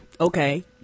Okay